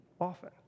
often